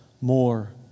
more